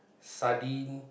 sardine